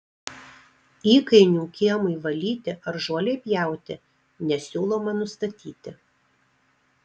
įkainių kiemui valyti ar žolei pjauti nesiūloma nustatyti